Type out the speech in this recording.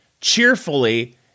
cheerfully